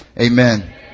amen